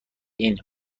این